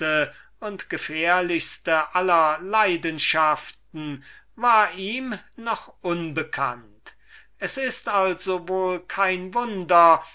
und gefährlichste aller leidenschaften war ihm mit allen ihren symptomen und würkungen noch unbekannt und es ist also kein wunder